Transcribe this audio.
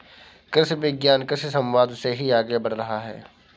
कृषि विज्ञान कृषि समवाद से ही आगे बढ़ रहा है